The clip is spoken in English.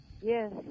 Yes